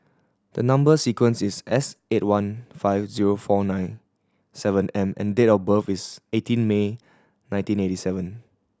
the number sequence is S eight one five zero four nine seven M and date of birth is eighteen May nineteen eighty seven